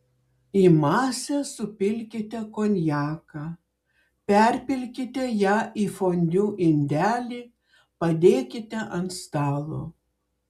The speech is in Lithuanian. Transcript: į masę supilkite konjaką perpilkite ją į fondiu indelį padėkite ant stalo